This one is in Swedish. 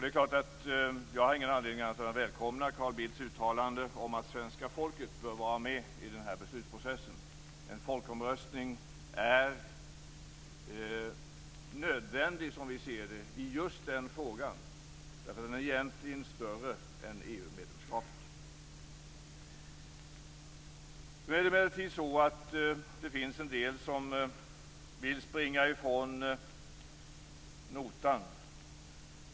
Det är klart att jag inte har någon anledning att annat än välkomna Carl Bildts uttalande om att svenska folket bör vara med i den här beslutsprocessen. En folkomröstning är, som vi ser det, nödvändig i just den frågan, eftersom den egentligen är större än frågan om EU-medlemskapet. Det finns emellertid en del som vill springa ifrån notan.